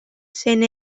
cent